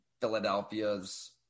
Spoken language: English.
Philadelphia's